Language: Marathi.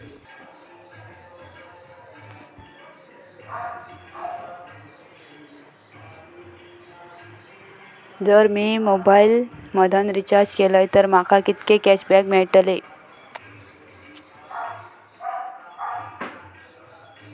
जर मी माझ्या मोबाईल मधन रिचार्ज केलय तर माका कितके कॅशबॅक मेळतले?